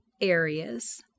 Areas